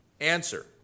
Answer